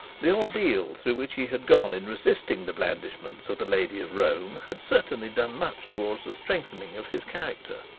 the ordeal through which he had gone, in resisting the blandishments of the lady of rome, had certainly done much towards the strengthening of his character.